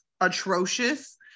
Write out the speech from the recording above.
atrocious